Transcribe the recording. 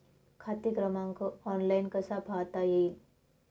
खाते क्रमांक ऑनलाइन कसा पाहता येईल?